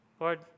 Lord